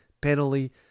penalty